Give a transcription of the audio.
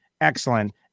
excellent